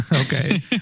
Okay